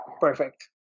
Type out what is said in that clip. Perfect